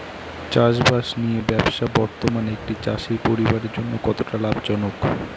চাষবাষ নিয়ে ব্যবসা বর্তমানে একটি চাষী পরিবারের জন্য কতটা লাভজনক?